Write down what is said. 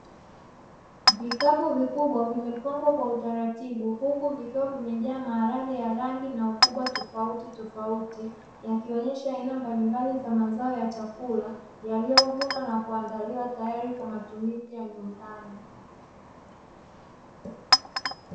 Vikapu vikubwa vimepangwa kwa utaratibu huku vikiwa vimejaa maharage ya rangi na ukubwa tofautitofauti, yakionyesha aina mbalimbali za mazao ya chakula yaliyovunwa na kuandaliwa tayari kwa matumizi ya nyumbani.